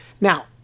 Now